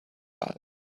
bulk